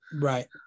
Right